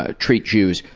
ah treat jews,